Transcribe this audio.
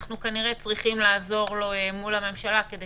אנחנו כנראה צריכים לעזור לו מול הממשלה כדי